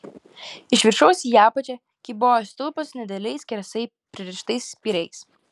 iš viršaus į apačią kybojo stulpas su nedideliais skersai pririštais spyriais